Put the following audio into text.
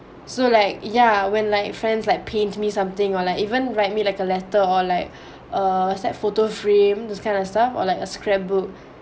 so like ya when like friends like paint me something or like even write me like a letter or like a set photo frame this kind of stuff or like a scrapbook